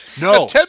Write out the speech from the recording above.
No